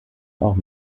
auch